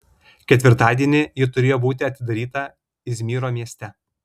ketvirtadienį ji turėjo būti atidaryta izmyro mieste